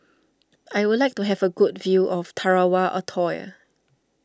I would like to have a good view of Tarawa Atoll